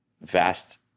vast